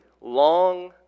long